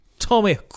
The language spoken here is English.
Tommy